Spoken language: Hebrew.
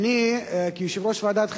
אני, כיושב-ראש ועדת החינוך,